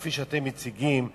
כפי שאתם מציגים,